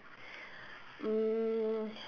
um